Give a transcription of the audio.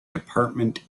department